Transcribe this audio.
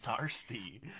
nasty